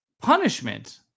punishment